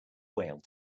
whale